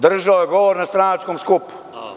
Držao je govor na stranačkom skupu.